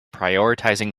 prioritizing